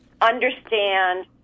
understand